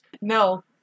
No